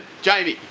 jamie.